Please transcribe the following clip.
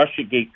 Russiagate